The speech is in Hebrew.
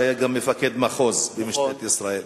שהיה גם מפקד מחוז במשטרת ישראל.